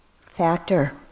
factor